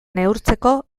neurtzeko